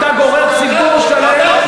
אתה דיקטטור קטן.